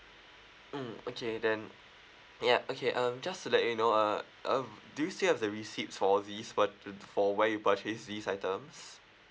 mm okay then yup okay um just to let you know uh um do you still have the receipts for these for the from where you purchased these items